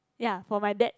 ya for my dad